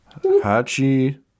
Hachi